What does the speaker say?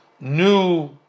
new